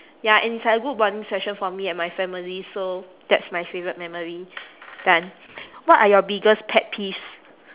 ya and it's like a good bonding session for me and my family so that's my favourite memory done what are your biggest pet peeves